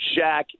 Shaq